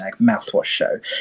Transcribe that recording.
#MouthwashShow